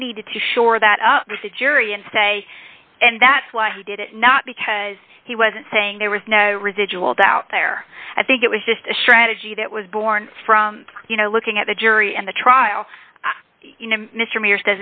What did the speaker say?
he needed to shore that up with the jury and say and that's why he did it not because he wasn't saying there was no residual doubt there i think it was just a strategy that was born from you know looking at the jury and the trial